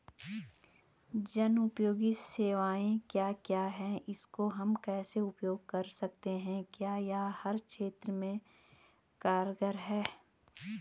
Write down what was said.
जनोपयोगी सेवाएं क्या क्या हैं इसको हम कैसे उपयोग कर सकते हैं क्या यह हर क्षेत्र में कारगर है?